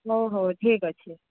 ହଉ ହଉ ଠିକ୍ ଅଛି